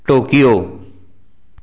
Tokyo